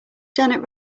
janet